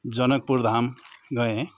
जनकपुर धाम गएँ